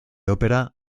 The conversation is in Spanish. ópera